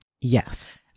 Yes